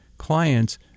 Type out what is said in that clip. clients